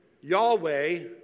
Yahweh